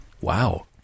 Wow